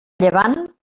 llevant